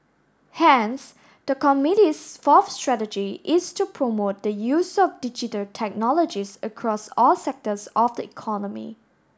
hence the committee's fourth strategy is to promote the use of digital technologies across all sectors of the economy